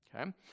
okay